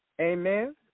Amen